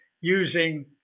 using